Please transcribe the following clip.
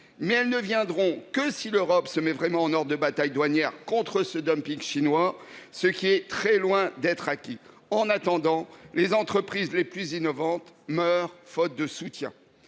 voir le jour que si l’Europe se met vraiment en ordre de bataille en matière douanière contre le dumping chinois, ce qui est très loin d’être acquis. En attendant, les entreprises les plus innovantes meurent, faute de soutien.